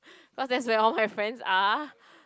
cause that's where all my friends are